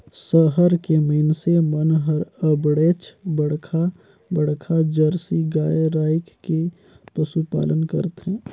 सहर के मइनसे मन हर अबड़ेच बड़खा बड़खा जरसी गाय रायख के पसुपालन करथे